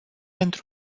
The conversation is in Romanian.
într